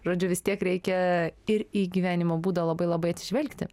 žodžiu vis tiek reikia ir į gyvenimo būdą labai labai atsižvelgti